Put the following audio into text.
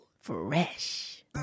fresh